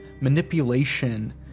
manipulation